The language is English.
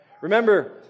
Remember